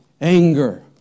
anger